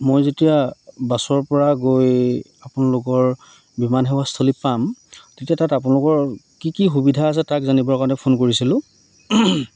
মই যেতিয়া বাছৰ পৰা গৈ আপোনালোকৰ বিমান সেৱা স্থলী পাম তেতিয়া তাত আপোনালোকৰ কি কি সুবিধা আছে তাক জানিবৰ কাৰণে ফোন কৰিছিলোঁ